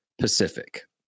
pacific